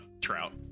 trout